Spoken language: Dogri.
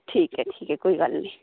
ठीक ऐ ठीक ऐ कोई गल्ल निं